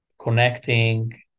connecting